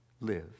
live